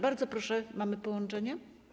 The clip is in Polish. Bardzo proszę, mamy połączenie?